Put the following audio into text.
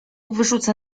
wyrzucę